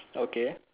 okay